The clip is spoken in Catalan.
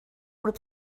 grup